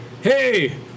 Hey